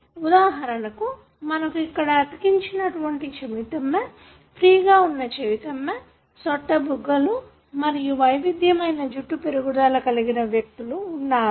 ఉదాహరణకు మనకు ఇక్కడ అంటించినటువంటి చెవితమ్మె ఫ్రీ గ వున్నా చెవితమ్మె సొట్ట బుగ్గలు మరియు వైవిధ్యమైన జుట్టు పెరుగుదల కలిగిన వ్యక్తులు వున్నారు